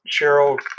Cheryl